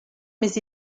mais